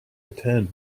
attend